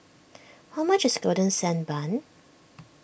how much is Golden Sand Bun